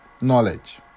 knowledge